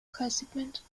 preissegment